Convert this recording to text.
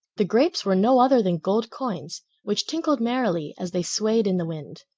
the grapes were no other than gold coins which tinkled merrily as they swayed in the wind.